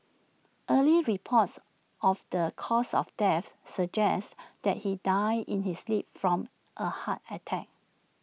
early reports of the cause of death suggests that he died in his sleep from A heart attack